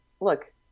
look